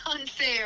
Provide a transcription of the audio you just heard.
unfair